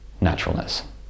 naturalness